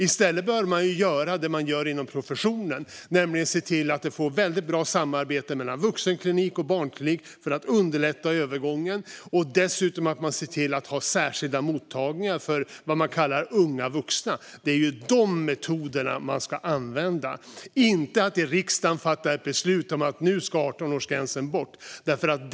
I stället bör man göra det man gör inom professionen, nämligen se till att få väldigt bra samarbete mellan vuxenklinik och barnklinik för att underlätta övergången och dessutom se till att ha särskilda mottagningar för vad man kallar unga vuxna. Det är de metoderna man ska använda, inte att i riksdagen fatta beslut om att nu ska 18-årsgränsen bort.